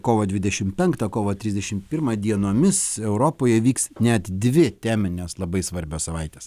kovo dvidešim penktą kovo trisdešim pirmą dienomis europoje vyks net dvi teminės labai svarbios savaitės